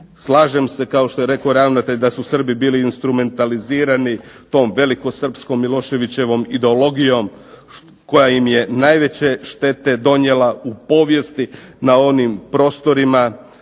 Slažem se kao što je rekao ravnatelj da su Srbi bili instrumentalizirani tom velikosrpskom Miloševićevom ideologijom koja im je najveće štete donijela u povijesti na onim prostorima.